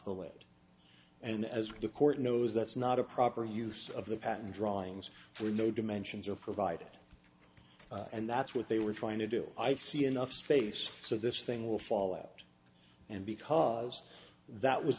the lead and as the court knows that's not a proper use of the patent drawings for no dimensions are provided and that's what they were trying to do i've see enough space so this thing will fall out and because that was